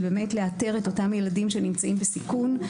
בשביל לאתר את אותם ילדים שנמצאים בסיכון,